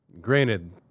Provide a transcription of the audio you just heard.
Granted